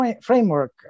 framework